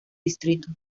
distrito